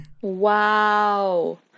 Wow